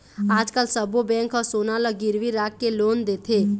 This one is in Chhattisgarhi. आजकाल सब्बो बेंक ह सोना ल गिरवी राखके लोन देथे